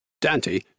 Dante